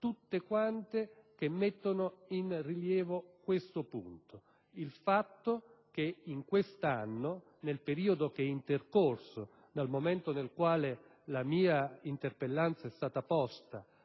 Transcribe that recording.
tutte quante mettono in rilievo il fatto che in quest'anno, nel periodo che è intercorso dal momento nel quale la mia interpellanza è stata presentata